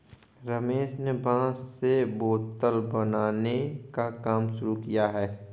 रमेश ने बांस से बोतल बनाने का काम शुरू किया है